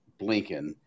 Blinken